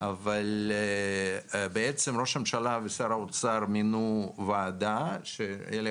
אבל ראש הממשלה ושר האוצר מינו ועדה שהיה לי